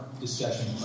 discussion